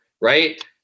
right